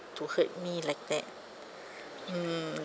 to hurt me like that mm